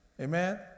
amen